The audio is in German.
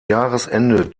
jahresende